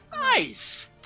Nice